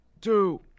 Two